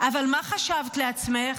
אבל מה חשבת לעצמך?